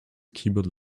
keyboard